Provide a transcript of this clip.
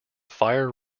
fire